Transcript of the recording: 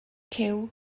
cyw